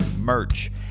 merch